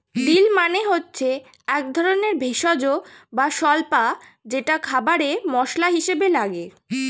deal মানে হচ্ছে একধরনের ভেষজ বা স্বল্পা যেটা খাবারে মসলা হিসেবে লাগে